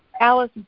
Alice